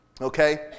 Okay